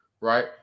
right